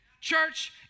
Church